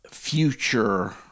future